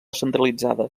centralitzada